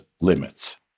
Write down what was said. limits